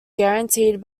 guaranteed